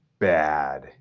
bad